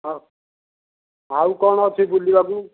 ଅ ଆଉ କଣ ଅଛି ବୁଲିବାକୁ